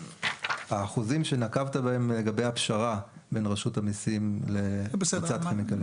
האחוזים שנקבת בהם לגבי הפשרה בין רשות המיסים לקבוצת כימיקלים לישראל.